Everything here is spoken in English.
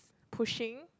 pushing